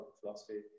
philosophy